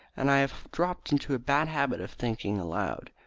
and i have dropped into a bad habit of thinking aloud.